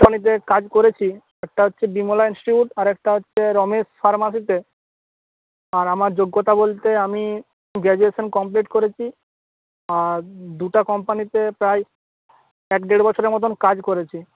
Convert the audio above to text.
অনেক জায়গায় কাজ করেছি একটা হচ্ছে বিমলা ইন্সটিটিউট আরেকটা হচ্ছে রমেশ ফার্মাসিতে আর আমার যোগ্যতা বলতে আমি গ্র্যাজুয়েশান কমপ্লিট করেছি আর দুটো কোম্পানিতে প্রায় এক দেড় বছরের মতন কাজ করেছি